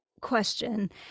question